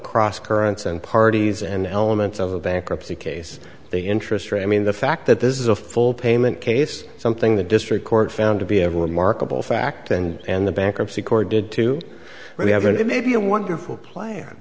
cross currents and parties and elements of a bankruptcy case the interest rate mean the fact that this is a full payment case something the district court found to be ever markable fact and the bankruptcy court did to really have it may be a wonderful plan